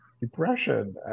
depression